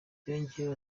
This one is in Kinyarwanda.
yongeyeho